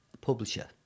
publisher